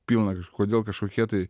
pilna kažkodėl kažkokie tai